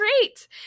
great